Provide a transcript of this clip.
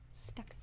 stuck